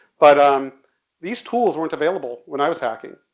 but um these tools weren't available when i was hacking.